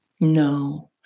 No